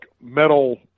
metal